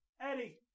Eddie